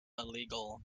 illegal